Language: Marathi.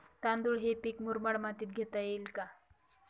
तांदूळ हे पीक मुरमाड मातीत घेता येईल का?